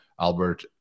Albert